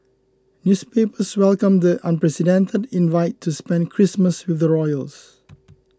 newspapers welcomed the unprecedented invite to spend Christmas with the royals